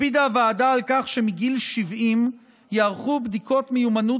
הקפידה הוועדה על כך שמגיל 70 ייערכו בדיקות מיומנות